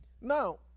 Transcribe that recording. Now